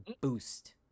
boost